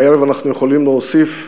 והערב אנחנו יכולים להוסיף,